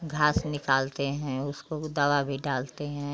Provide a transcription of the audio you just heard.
घास निकालते हैं उसको दवा भी डालते हैं